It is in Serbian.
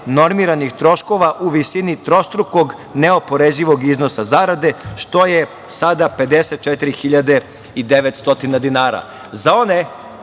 normiranih troškova u visini trostrukog neoporezivog iznosa zarade, što je sada 54.900 dinara.Za one